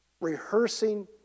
rehearsing